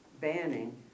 banning